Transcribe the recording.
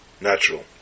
natural